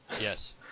Yes